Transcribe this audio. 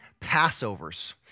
Passovers